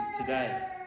today